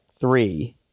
three